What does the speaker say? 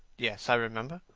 yes, i remember.